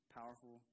powerful